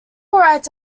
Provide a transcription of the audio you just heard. rights